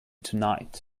tonight